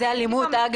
--- זה אלימות, אגב.